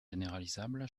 généralisables